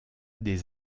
des